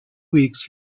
weeks